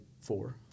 four